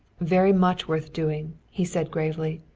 very much worth doing, he said gravely.